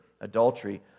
adultery